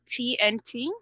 TNT